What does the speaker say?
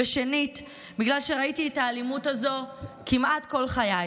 ושנית, בגלל שראיתי את האלימות הזאת כמעט כל חיי.